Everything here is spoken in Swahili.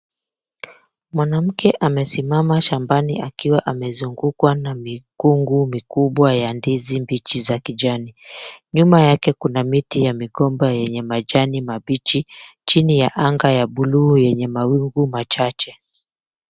Mwanamke amesimama shambani akiwa amezungukwa na mikungu mikubwa ya ndizi mbichi za kijani. Nyuma yake kuna miti ya migomba yenye majani mabichi chini ya anga ya buluu yenye mawingu machache.